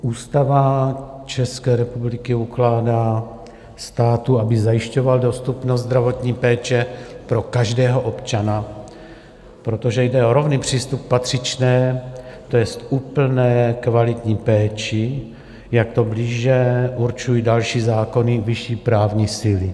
Ústava České republiky ukládá státu, aby zajišťoval dostupnost zdravotní péče pro každého občana, protože jde o rovný přístup k patřičné, to jest úplné, kvalitní péči, jak to blíže určují další zákony vyšší právní síly.